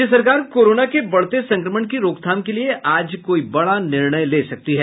राज्य सरकार कोरोना के बढ़ते संक्रमण की रोकथाम के लिए आज कोई बड़ा निर्णय ले सकती है